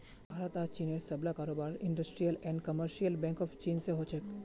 भारत आर चीनेर सबला कारोबार industrial and commercial bank of चीन स हो छेक